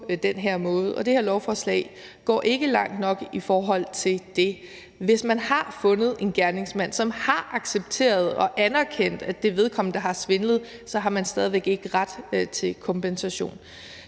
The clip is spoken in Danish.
den her måde. Det her lovforslag går ikke langt nok i forhold til det. Hvis man har fundet en gerningsmand, som har accepteret og erkendt, at det er vedkommende, der har svindlet, så har offeret stadig væk ikke ret til kompensation.